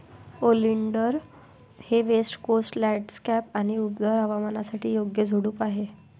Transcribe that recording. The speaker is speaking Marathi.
ओलिंडर हे वेस्ट कोस्ट लँडस्केप आणि उबदार हवामानासाठी योग्य झुडूप आहे